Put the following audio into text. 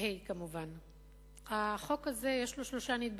החוק הזה, יש לו שלושה נדבכים.